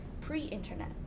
pre-internet